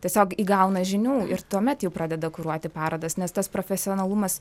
tiesiog įgauna žinių tuomet jau pradeda kuruoti parodas nes tas profesionalumas